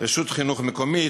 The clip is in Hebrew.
רשות חינוך מקומית,